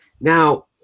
Now